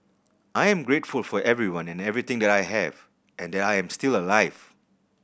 I am grateful for everyone and everything that I have and that I am still alive